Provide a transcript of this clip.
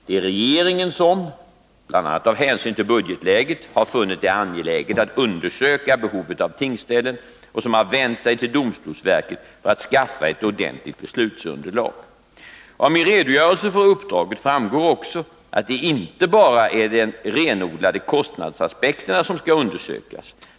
Det är regeringen som — bl.a. av hänsyn till budgetläget — har funnit det angeläget att undersöka behovet av tingsställen och som har vänt sig till domstolsverket för att skaffa ett ordentligt beslutsunderlag. Av min redogörelse för uppdraget framgår också att det inte bara är de renodlade kostnadsaspekterna som skall undersökas.